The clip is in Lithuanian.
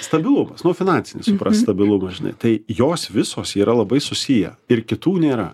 stabilumas nu finansinis suprask stabilumas žinai tai jos visos yra labai susiję ir kitų nėra